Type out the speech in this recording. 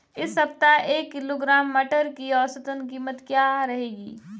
इस सप्ताह एक किलोग्राम मटर की औसतन कीमत क्या रहेगी?